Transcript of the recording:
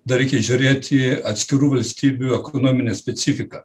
dar reikia žiūrėti atskirų valstybių ekonominę specifiką